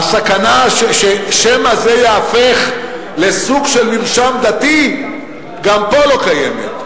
הסכנה שמא זה ייהפך לסוג של מרשם דתי גם פה לא קיימת,